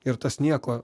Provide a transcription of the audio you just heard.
ir tas nieko